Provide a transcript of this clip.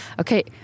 Okay